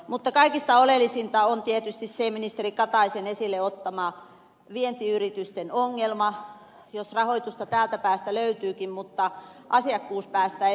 mutta kaikista oleellisinta on tietysti se ministeri kataisen esille ottama vientiyritysten ongelma että jos rahoitusta täältä päästä löytyykin niin asiakkuuspäästä sitä ei löydy